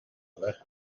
arfer